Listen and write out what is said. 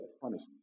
punishment